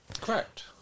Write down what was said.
Correct